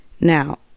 Now